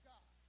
God